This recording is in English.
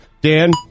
Dan